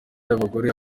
y’abagore